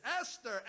Esther